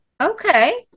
Okay